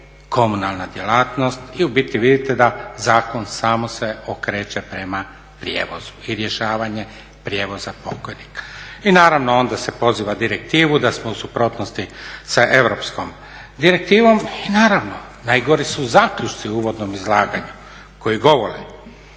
komunalna djelatnost i u biti vidite da zakon samo se okreće prema prijevozu i rješavanje prijevoza pokojnika. I naravno onda se poziva direktivu da smo u suprotnosti sa europskom direktivom i naravno, najgori su zaključci u uvodnom izlaganju koji govore